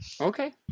Okay